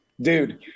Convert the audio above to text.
Dude